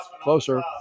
closer